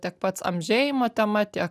tiek pats amžėjimo tema tiek